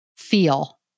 feel